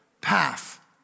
path